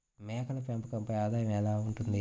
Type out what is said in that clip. మేకల పెంపకంపై ఆదాయం ఎలా ఉంటుంది?